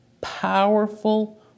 powerful